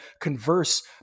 converse